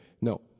No